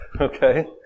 Okay